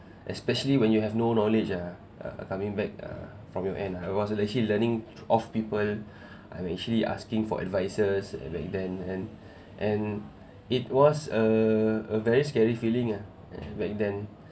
especially when you have no knowledge ah coming back ah from your end I was actually learning off people I'm actually asking for advisers back then and and it was a a very scary feeling ah back then